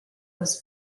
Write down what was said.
was